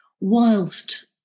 whilst